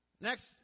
Next